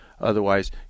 Otherwise